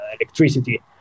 electricity